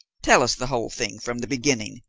tell us the whole thing from the beginning,